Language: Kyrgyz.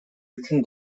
үчүн